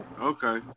Okay